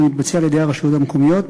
והוא מתבצע על-ידי הרשויות המקומיות,